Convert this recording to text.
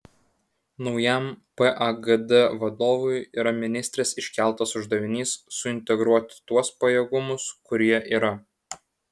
naujam pagd vadovui yra ministrės iškeltas uždavinys suintegruoti tuos pajėgumus kurie yra